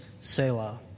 Selah